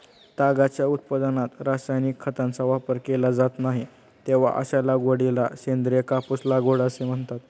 तागाच्या उत्पादनात रासायनिक खतांचा वापर केला जात नाही, तेव्हा अशा लागवडीला सेंद्रिय कापूस लागवड असे म्हणतात